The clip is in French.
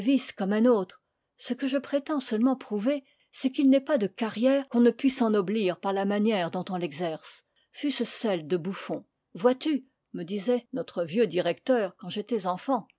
comme un autre ce que je prétends seulement prouver c'est qu'il n'est pas de carrière qu'on ne puisse ennoblir par la manière dont on l'exerce fût-ce celle de bouffon vois-tu me disait notre vieux directeur quand j'étais enfant